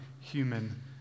human